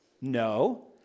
No